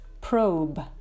probe